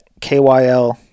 KYL